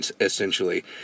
essentially